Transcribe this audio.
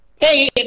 Hey